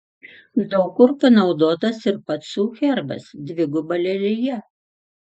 daug kur panaudotas ir pacų herbas dviguba lelija